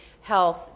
health